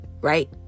right